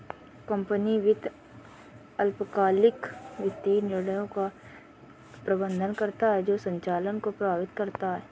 company वित्त अल्पकालिक वित्तीय निर्णयों का प्रबंधन करता है जो संचालन को प्रभावित करता है